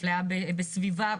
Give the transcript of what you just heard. אפליה בסביבה.